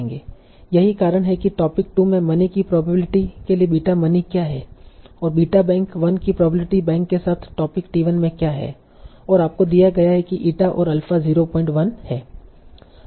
यही कारण है कि टोपिक 2 में मनी की प्रोबेबिलिटी के लिए बीटा मनी क्या है और बीटा बैंक 1 की प्रोबेबिलिटी बैंक के साथ टोपिक टी1 में क्या है और आपको दिया गया है कि ईटा और अल्फा 01 हैं